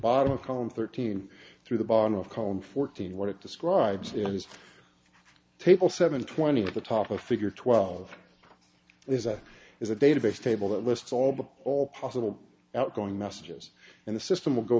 bottom of column thirteen through the bottom of column fourteen what it describes in his table seven twenty to the top a figure twelve is a is a database table that lists all the all possible outgoing messages and the system will go